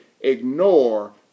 ignore